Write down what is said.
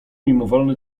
mimowolny